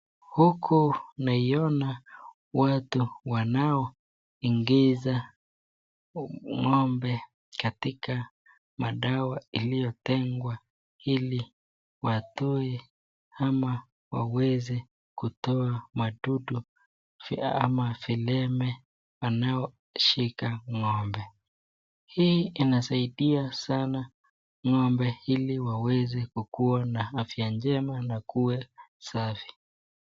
Huku naiona watu wanao ingiza ng'ombe katika madawa iliyo tengwa ili watoe ama waweze kutoa wadudu ,fia ama vileme wanao shika ng'ombe, hii inasaidia sana ng'ombe ili waweze kukua na afya njema na kuwa safi.